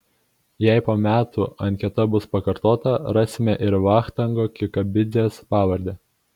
jei po metų anketa bus pakartota rasime ir vachtango kikabidzės pavardę